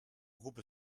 groupe